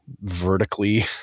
vertically